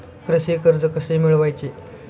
कृषी कर्ज कसे मिळवायचे?